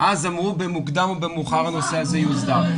אז אמרו שבמוקדם או במאוחר הנושא הזה יוסדר.